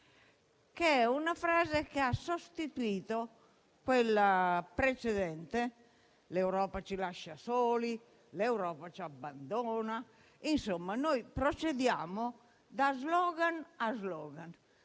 cosa. È una frase che ha sostituito quella precedente: «L'Europa ci lascia soli, l'Europa ci abbandona». Insomma, noi procediamo da *slogan* a *slogan*,